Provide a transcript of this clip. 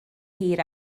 hir